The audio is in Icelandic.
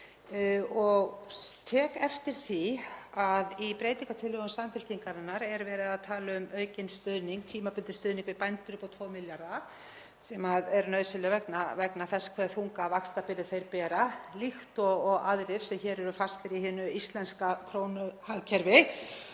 og tek eftir því að í breytingartillögum Samfylkingarinnar er verið að tala um aukinn tímabundinn stuðning við bændur upp á 2 milljarða, sem er nauðsynlegur vegna þess hve þunga vaxtabyrði þeir bera líkt og aðrir sem hér eru fastir í hinu íslenska krónuhagkerfi.